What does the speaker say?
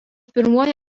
pirmuoju